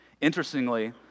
Interestingly